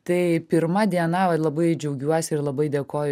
tai pirma diena labai džiaugiuosi ir labai dėkoju